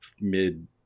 mid